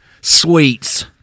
sweets